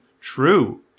True